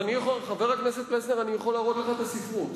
חבר הכנסת פלסנר, אני יכול להראות לך את הספרות.